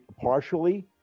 partially